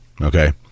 Okay